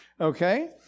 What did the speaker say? Okay